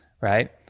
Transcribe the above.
right